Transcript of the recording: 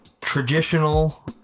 Traditional